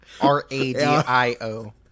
R-A-D-I-O